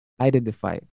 identify